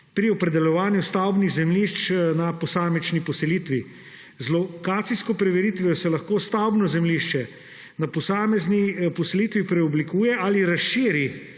pri opredeljevanju stavbnih zemljišč na posamični poselitvi. Z lokacijsko preveritvijo se lahko stavbno zemljišče na posamezni poselitvi preoblikuje ali razširi